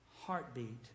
heartbeat